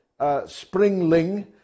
springling